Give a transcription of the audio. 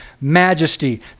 majesty